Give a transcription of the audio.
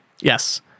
Yes